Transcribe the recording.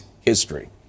history